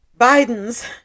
Biden's